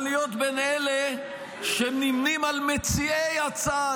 להיות בין אלה שנמנים על מציעי ההצעה,